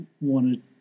wanted